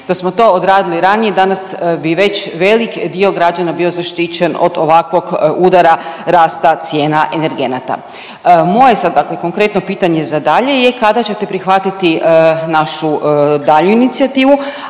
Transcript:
da smo to odradili ranije danas bi već velik dio građana bio zaštićen od ovakvog udara rasta cijena energenata. Moje sada konkretno pitanje za dalje je, kada ćete prihvatiti našu dalju inicijativu,